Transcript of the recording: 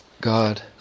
God